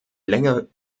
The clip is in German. länger